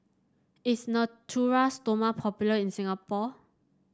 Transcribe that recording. is Natura Stoma popular in Singapore